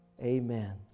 Amen